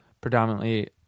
predominantly